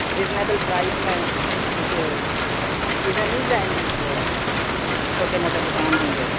reasonable price میں کچھ چیزیں مل جائیں گی جو چھوٹے موٹے دکان ہوں گے